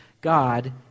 God